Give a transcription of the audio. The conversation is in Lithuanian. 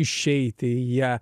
išeiti į ją